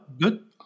Good